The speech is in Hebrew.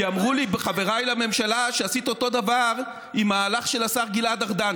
כי אמרו לי חבריי לממשלה שעשית אותו דבר עם מהלך של השר גלעד ארדן,